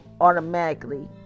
automatically